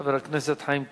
חבר הכנסת חיים כץ.